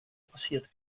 passiert